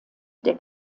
der